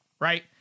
right